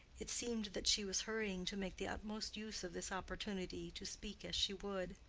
it seemed that she was hurrying to make the utmost use of this opportunity to speak as she would.